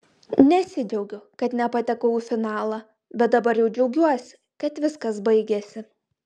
nesidžiaugiu kad nepatekau į finalą bet dabar jau džiaugiuosi kad viskas baigėsi